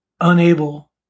unable